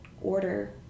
order